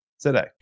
today